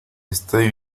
estoy